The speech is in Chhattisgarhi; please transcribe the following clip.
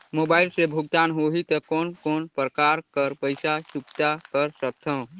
मोबाइल से भुगतान होहि त कोन कोन प्रकार कर पईसा चुकता कर सकथव?